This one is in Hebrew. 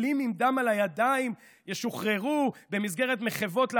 מחבלים עם דם על הידיים ישוחררו במסגרת מחוות,